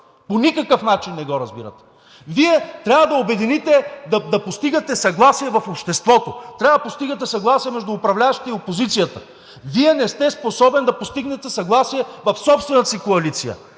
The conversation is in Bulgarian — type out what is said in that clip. По никакъв начин не го разбирате. Вие трябва да обедините, да постигате съгласие в обществото. Трябва да постигате съгласие между управляващите и опозицията. Вие не сте способен да постигнете съгласие в собствената си коалиция